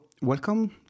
welcome